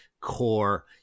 core